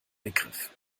begriff